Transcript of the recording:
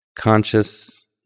conscious